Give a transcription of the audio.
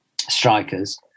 strikers